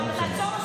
בערב הנורא הזה.